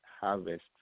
harvest